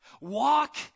Walk